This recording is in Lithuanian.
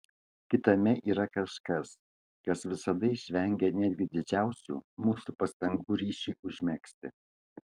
kitame yra kažkas kas visada išvengia netgi didžiausių mūsų pastangų ryšiui užmegzti